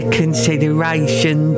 consideration